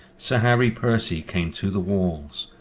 sir harry percy came to the walls,